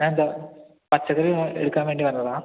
പച്ചക്കറി ഒന്ന് എടുക്കുവാൻ വേണ്ടി വന്നതാണ്